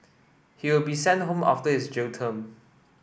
he will be sent home after his jail term